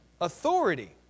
Authority